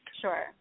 Sure